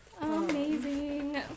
Amazing